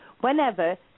whenever